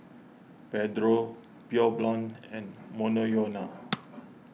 Pedro Pure Blonde and Monoyono